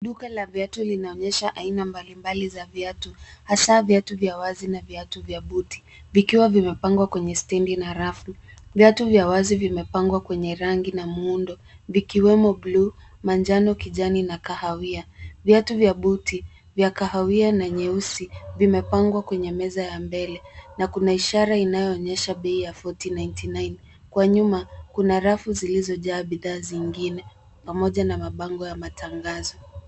Duka la viatu linaonyesha aina mbalimbali ya viatu hasa viatu vya wazi na vya buti. Vikiwa vimepangwa kwenye stendi na rafu. Viatu vya wazi vimepangwa kwenye rangi na muundo. Vikiwemo blue , manjano, kijani na kahawia. Viatu vya buti, vya kahawia na nyeusi vimepangwa kwenye meza ya mbele. Na kuna ishara inayoonyesha bei ya 4099. Kwa nyuma, kuna rafu zilizojaa bidhaa zingine pamoja na mabango ya matangazo.